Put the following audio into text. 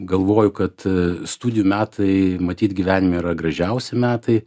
galvoju kad studijų metai matyt gyvenime yra gražiausi metai